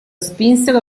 spinsero